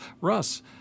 Russ